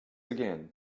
again